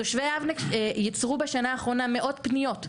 תושבי יבנה ייצרו בשנה האחרונה מאות פניות.